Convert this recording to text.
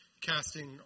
Casting